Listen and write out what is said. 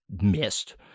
missed